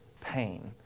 pain